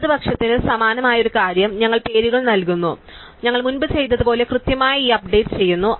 ഇടതുപക്ഷത്തിന് സമാനമായ ഒരു കാര്യം ഞങ്ങൾ പേരുകൾ നൽകുന്നു ഞങ്ങൾ മുമ്പ് ചെയ്തതുപോലെ കൃത്യമായി ഈ അപ്ഡേറ്റ് ചെയ്യുന്നു